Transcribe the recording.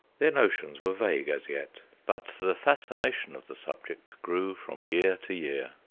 their notions were vague as yet, but the fascination of the subject grew from year to year.